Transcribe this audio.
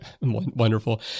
Wonderful